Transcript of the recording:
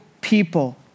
people